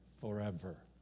forever